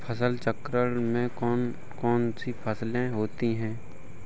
फसल चक्रण में कौन कौन सी फसलें होती हैं?